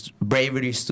Bravery